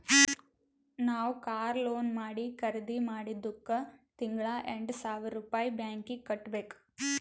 ನಾವ್ car loan ಮಾಡಿ ಖರ್ದಿ ಮಾಡಿದ್ದುಕ್ ತಿಂಗಳಾ ಎಂಟ್ ಸಾವಿರ್ ರುಪಾಯಿ ಬ್ಯಾಂಕೀಗಿ ಕಟ್ಟಬೇಕ್